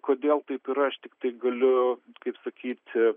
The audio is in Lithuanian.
kodėl taip yra aš tiktai galiu kaip sakyt